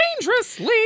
Dangerously